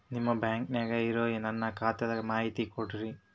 ನಿಮ್ಮ ಬ್ಯಾಂಕನ್ಯಾಗ ಇರೊ ನನ್ನ ಖಾತಾದ ಮಾಹಿತಿ ಕೊಡ್ತೇರಿ?